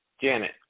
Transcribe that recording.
Janet